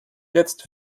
jetzt